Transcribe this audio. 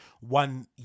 one